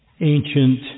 ancient